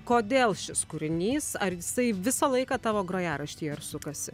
kodėl šis kūrinys ar jisai visą laiką tavo grojaraštyje ir sukasi